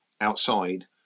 outside